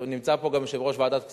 נמצא פה גם יושב-ראש ועדת הכספים,